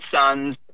sons